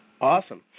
Awesome